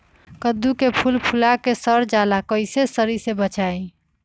कददु के फूल फुला के ही सर जाला कइसे सरी से बचाई?